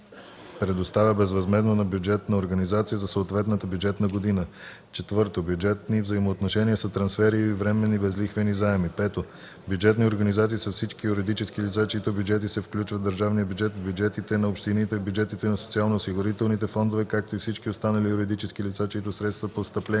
предоставя безвъзмездно на бюджетна организация за съответната бюджетна година. 4. „Бюджетни взаимоотношения” са трансфери и временни безлихвени заеми. 5. „Бюджетни организации” са всички юридически лица, чиито бюджети се включват в държавния бюджет, в бюджетите на общините, в бюджетите на социалноосигурителните фондове, както и всички останали юридически лица, чиито средства, постъпления